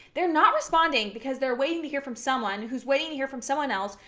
they're not responding because they're waiting to hear from someone, who's waiting to hear from someone else,